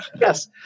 Yes